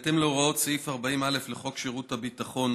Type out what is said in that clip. בהתאם להוראות סעיף 40א לחוק שירות הביטחון ,